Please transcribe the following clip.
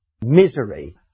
misery